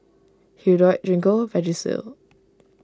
Hirudoid Gingko Vagisil